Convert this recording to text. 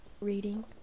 Reading